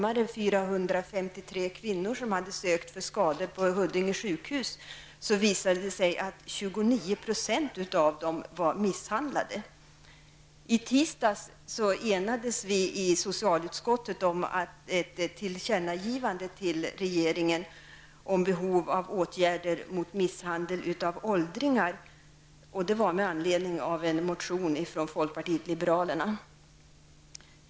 Av 453 kvinnor som sökte för kroppsskador på Huddinge sjukhus visade det sig att 29 % var misshandlade. I tisdags enades vi i socialutskottet om ett tillkännagivande till regeringen om behov av åtgärder mot misshandeln av åldringar med anledning av en motion från folkpartiet liberalerna.